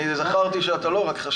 זה מה שכתוב לי,